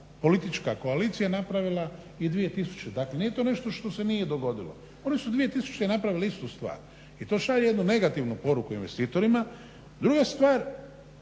politička koalicija napravila i 2000. Dakle nije to nešto što se nije dogodilo, oni su 2000. napravili istu stvar i to šalje jednu negativnu poruku investitorima. Druga stvar,